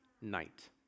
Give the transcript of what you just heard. Night